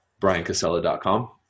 briancasella.com